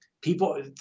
People